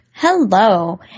Hello